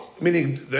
meaning